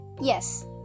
Yes